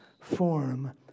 form